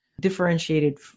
differentiated